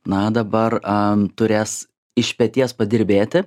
na dabar am turės iš peties padirbėti